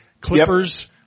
Clippers